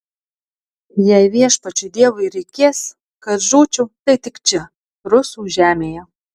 jei viešpačiui dievui reikės kad žūčiau tai tik čia rusų žemėje